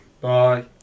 Bye